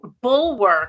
bulwark